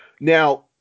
Now